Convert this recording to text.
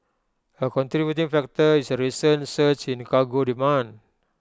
A contributing factor is A recent surge in cargo demand